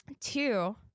Two